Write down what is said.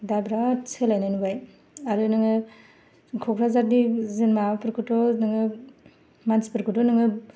दा बिरात सोलायनाय नुबाय आरो नोङो कक्राझार बै माबाफोरखौथ' नोङो मानसिफोरखौथ नोङो